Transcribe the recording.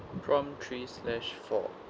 prompt three slash four